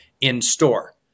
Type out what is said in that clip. in-store